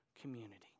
community